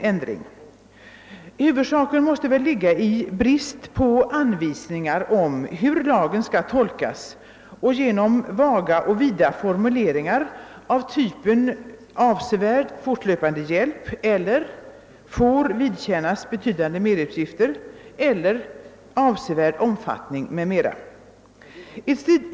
Huvudorsaken till rådande förhållanden torde ligga i bristen på anvisningar om hur lagen skall tolkas och i de många vaga och vida formuleringarna av typen »avsevärd fortlöpande hjälp», »får vidkännas betydande merutgifter», »avsevärd omfattning» etc.